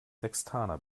sextaner